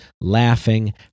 laughing